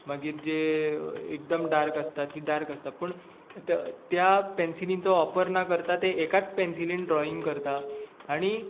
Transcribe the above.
मागीर जे एकदम डार्क आसता ती डार्क आसता पूण त्या पेन्सिलिंचो वापर ना करता ते एकाच पेनसिलीन ड्रॉयींग करता आनी